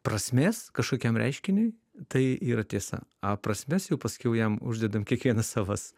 prasmės kažkokiam reiškiniui tai yra tiesa a prasmes jau pasakiau jam uždedam kiekvieną savas